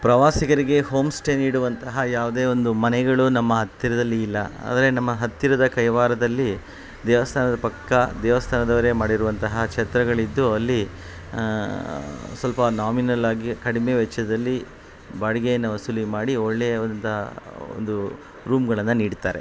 ಪ್ರವಾಸಿಗರಿಗೆ home stay ನೀಡುವಂತಹ ಯಾವುದೇ ಒಂದು ಮನೆಗಳು ನಮ್ಮ ಹತ್ತಿರದಲ್ಲಿ ಇಲ್ಲ ಆದರೆ ನಮ್ಮ ಹತ್ತಿರದ ಕೈವಾರದಲ್ಲಿ ದೇವಸ್ಥಾನದ ಪಕ್ಕ ದೇವಸ್ಥಾನದವರೇ ಮಾಡಿರುವಂತಹ ಛತ್ರಗಳಿದ್ದು ಅಲ್ಲಿ ಸ್ವಲ್ಪ ನಾಮಿನಲ್ಲಾಗಿ ಕಡಿಮೆ ವೆಚ್ಚದಲ್ಲಿ ಬಾಡಿಗೆಯನ್ನ ವಸೂಲಿ ಮಾಡಿ ಒಳ್ಳೆಯವಾದಂಥ ಒಂದು ರೂಮ್ಗಳನ್ನು ನೀಡುತ್ತಾರೆ